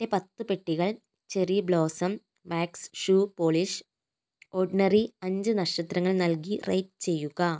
എന്റെ പത്ത് പെട്ടികൾ cherry blossom wax shoe polish ordinary അഞ്ച് നക്ഷത്രങ്ങൾ നൽകി റേറ്റ് ചെയ്യുക